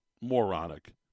moronic